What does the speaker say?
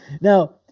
Now